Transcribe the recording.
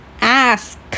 ask